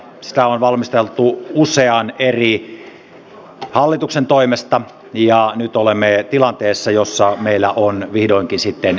sitä on valmisteltu usean eri hallituksen toimesta ja nyt olemme tilanteessa jossa meillä on vihdoinkin mietintö